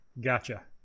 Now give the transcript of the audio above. Gotcha